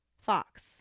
fox